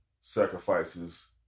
Sacrifices